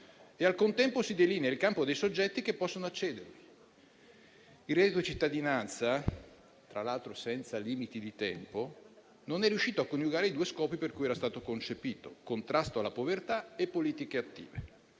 e al contempo si delinea il campo dei soggetti che possono accedervi. Il reddito di cittadinanza, tra l'altro senza limiti di tempo, non è riuscito a coniugare i due scopi per cui era stato concepito: contrasto alla povertà e politiche attive.